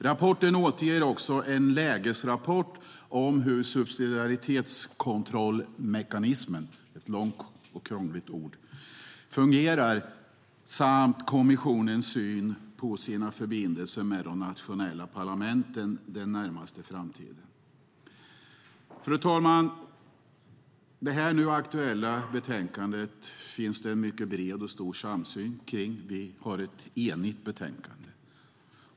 Rapporten återger också en lägesrapport om hur subsidiaritetskontrollmekanismen - ett långt och krångligt ord - fungerar samt kommissionens syn på sina förbindelser med de nationella parlamenten den närmaste framtiden. Fru talman! Det aktuella utlåtandet finns det en mycket bred och stor samsyn kring. Vi har ett enigt utlåtande.